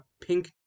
Pink